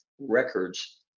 records